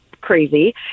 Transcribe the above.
crazy